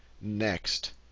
next